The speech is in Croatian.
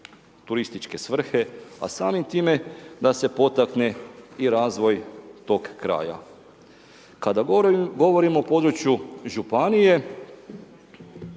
turističke svrhe a samim time da se potakne i razvoj tog kraja. Kada govorimo o području županije,